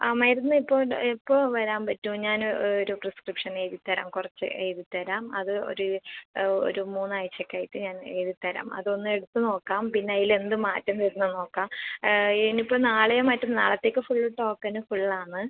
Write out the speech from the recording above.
ആ മരുന്ന് ഇപ്പോൾ എപ്പോൾ വരാൻ പറ്റും ഞാൻ ഒരു പ്രിസ്ക്രിപ്ഷൻ എഴുതി തരാം കുറച്ച് എഴുതി തരാം അത് ഒരു ഒരു മൂന്ന് ആഴ്ച ഒക്കെ ആയിട്ട് ഞാൻ എഴുതി തരാം അത് ഒന്നെടുത്ത് നോക്കാം പിന്നെ അതിലെന്ത് മാറ്റം വരുന്നത് നോക്കാം ഇനി ഇപ്പോൾ നാളെയോ മറ്റ നാളത്തേക്ക് ഫുൾ ടോക്കണ് ഫുള്ളാണ്